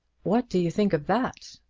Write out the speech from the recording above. what do you think of that?